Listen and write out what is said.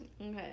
Okay